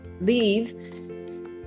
leave